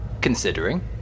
Considering